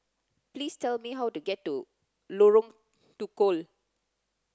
please tell me how to get to Lorong Tukol